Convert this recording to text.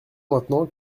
maintenant